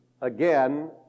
again